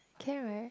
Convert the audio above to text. can right